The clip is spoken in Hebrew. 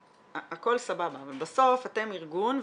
הכול סבבה אבל בסוף אתם ארגון,